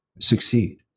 succeed